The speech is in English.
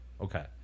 Okay